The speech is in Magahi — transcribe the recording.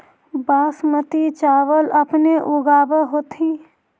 बासमती चाबल अपने ऊगाब होथिं?